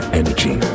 energy